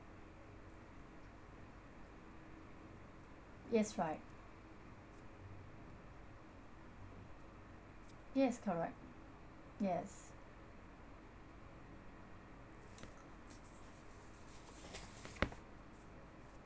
yes right yes correct yes